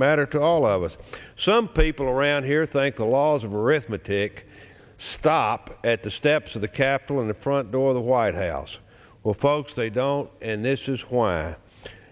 matter to all of us some people around here think the laws of arithmetic stop at the steps of the capitol in the front door the white house or folks they don't and this is why